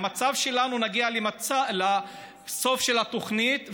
המצב שלנו הוא שנגיע לסוף של התוכנית,